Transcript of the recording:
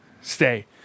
Stay